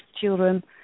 children